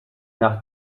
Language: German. nach